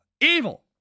Evil